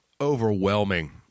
overwhelming